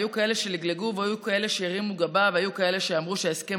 היו כאלה שלגלגו והיו כאלה שהרימו גבה והיו כאלה שאמרו שההסכם